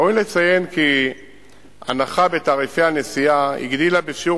ראוי לציין כי ההנחה בתעריפי הנסיעה הגדילה בשיעור